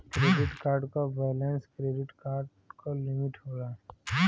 credit card क balance credit card क limit होला